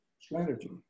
strategy